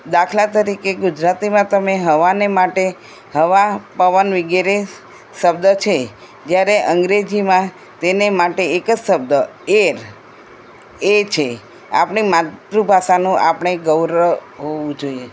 દાખલા તરીકે ગુજરાતીમાં તમે હવાને માટે હવા પવન વિગેરે શબ્દ છે જ્યારે અંગ્રેજીમાં તેને માટે એક જ શબ્દ એર એ છે આપણી માતૃભાષાનું આપણે ગૌર હોવું જોઈએ